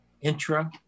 intra